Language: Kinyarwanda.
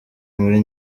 muri